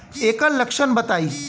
एकर लक्षण बताई?